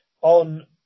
on